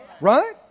right